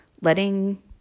letting